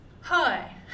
Hi